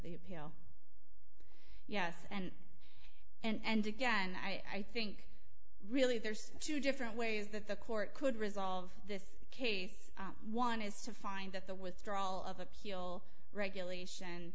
the appeal yes and and again i think really there's two different ways that the court could resolve this case one is to find that the withdrawal of appeal regulation